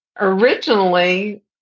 originally